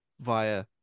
via